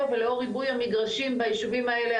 ולאור ריבוי המגרשים ביישובים האלה,